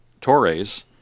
Torres